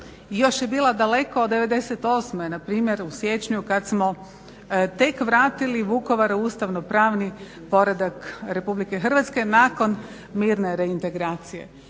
još je bilo daleko od '98.npr. u siječnju kada smo tek vratili Vukovaru ustavnopravni poredak RH, nakon mirne reintegracije.